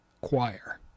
choir